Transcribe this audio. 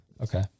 Okay